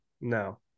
no